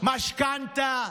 משכנתה.